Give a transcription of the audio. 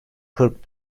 kırk